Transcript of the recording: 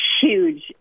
huge